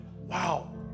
Wow